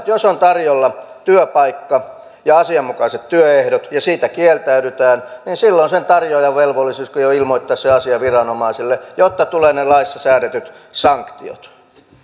jos on tarjolla työpaikka ja asianmukaiset työehdot ja siitä kieltäydytään niin silloin sen tarjoajan velvollisuus on ilmoittaa se asia viranomaisille jotta tulevat ne laissa säädetyt sanktiot